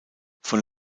von